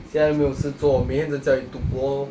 现在没有事做每天在家里赌博